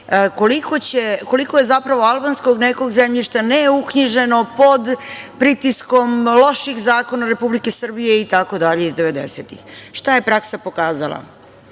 koliko je zapravo albanskog nekog zemljišta neuknjiženo pod pritiskom loših zakona Republike Srbije, itd, iz 90-ih. Šta je praksa pokazala?